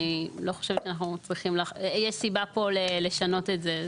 ואני לא חושבת שיש סיבה לשנות את זה.